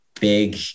big